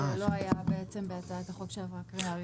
זה לא היה בעצם בהצעת החוק שעברה קריאה ראשונה.